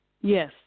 Yes